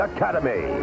Academy